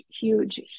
huge